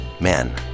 Men